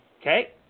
Okay